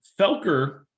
felker